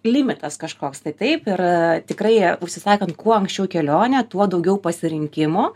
limitas kažkoks tai taip ir tikrai užsisakant kuo anksčiau kelionę tuo daugiau pasirinkimo